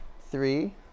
Three